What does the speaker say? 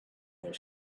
their